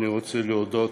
אני רוצה להודות